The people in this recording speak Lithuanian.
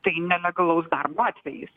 tai nelegalaus darbo atvejis